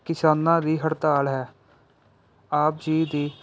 ਕਿਸਾਨਾਂ ਦੀ ਹੜਤਾਲ ਹੈ ਆਪ ਜੀ ਦੀ